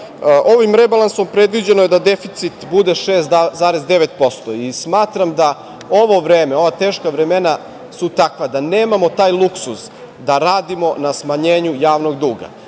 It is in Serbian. rebalansom predviđeno je da deficit bude 6,9% i smatram da ovo vreme, ova teška vremena su takva da nemamo taj luksuz da radimo na smanjenju javnog duga.